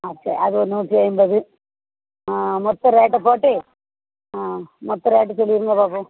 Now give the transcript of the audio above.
okay அது ஒரு நூற்றி ஐம்பது ஆ மொத்தம் ரேட்டை போட்டு ஆ மொத்த ரேட்டு சொல்லிவிடுங்க பார்ப்போம்